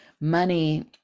money